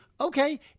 Okay